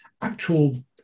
actual